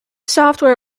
software